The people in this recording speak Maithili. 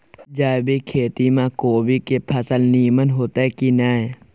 जैविक खेती म कोबी के फसल नीमन होतय की नय?